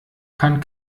kann